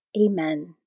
Amen